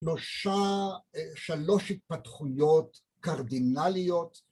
‫שלושה, שלוש התפתחויות קרדינליות.